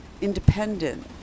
independent